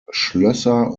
schlösser